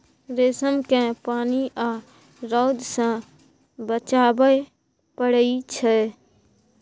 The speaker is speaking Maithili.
रेशम केँ पानि आ रौद सँ बचाबय पड़इ छै